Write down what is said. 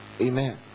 Amen